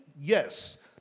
Yes